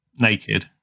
naked